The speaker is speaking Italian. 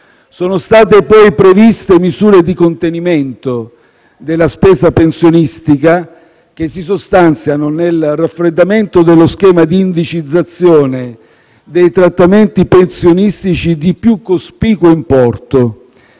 Sono state poi previste misure di contenimento della spesa pensionistica, che si sostanziano nel raffreddamento dello schema di indicizzazione dei trattamenti pensionistici di più cospicuo importo.